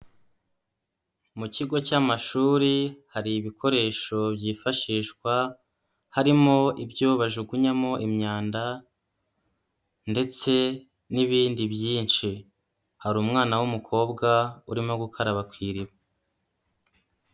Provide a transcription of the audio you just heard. Mu kigo cy'amashuri hari ibikoresho byifashishwa, harimo ibyo bajugunyamo imyanda, ndetse n'ibindi byinshi hari umwana w'umukobwa urimo gukaraba kw'iriba.